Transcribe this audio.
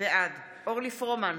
בעד אורלי פרומן,